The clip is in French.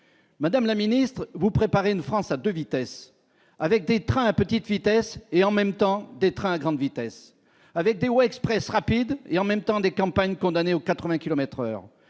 madame la ministre, vous préparez une France à 2 vitesses, avec des trains à petite vitesse, et en même temps des trains grande vitesse avec des lois Express rapide et en même temps des campagnes, condamné aux 80 kilomètres